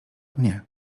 mnie